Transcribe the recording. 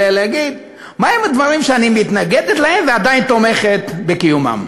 אלא להגיד מה הם הדברים שאני מתנגדת להם ועדיין תומכת בקיומם.